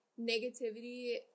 negativity